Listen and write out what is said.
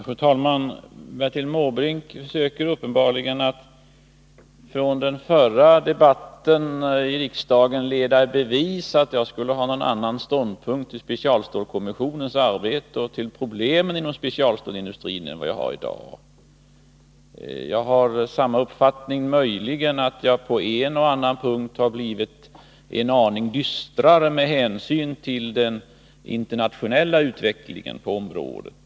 Fru talman! Bertil Måbrink söker uppenbarligen att från den förra debatten i riksdagen leda i bevis att jag skulle ha haft någon annan ståndpunkt till specialstålskommissionens arbete och till problemen inom specialstålsindustrin än vad jag har i dag. Jag kvarstår vid samma uppfattning. Möjligen har jag på en och annan punkt blivit en aning dystrare med hänsyn till den internationella utvecklingen på området.